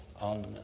on